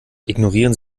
ignorieren